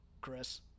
Chris